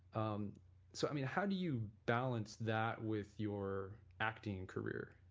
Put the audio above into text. um so i mean, how do you balance that with your acting career,